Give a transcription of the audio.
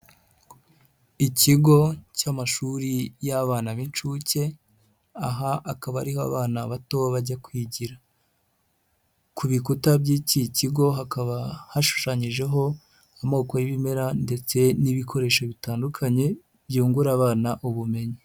Ikigo cy'amashuri y'abana b'inshuke ,aha akaba ariho abana bato bajya kwigira, ku bikuta by'iki kigo hakaba hashushanyijeho amoko y'ibimera ndetse n'ibikoresho bitandukanye byungura abana ubumenyi.